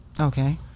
Okay